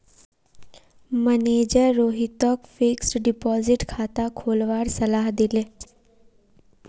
manager रोहितक fixed deposit खाता खोलवार सलाह दिले